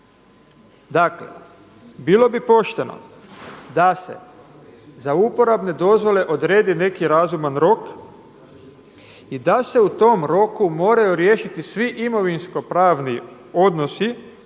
Dakle, bilo bi pošteno da se za uporabne dozvole odredi neki razuman rok i da se u tom roku moraju riješiti svi imovinskopravni odnosi